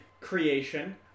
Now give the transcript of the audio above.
creation